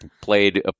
played